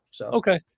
Okay